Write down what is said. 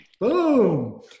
Boom